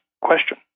question